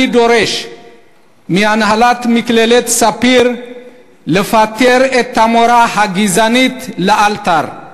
אני דורש מהנהלת מכללת "פאר" לפטר את המורה הגזענית לאלתר.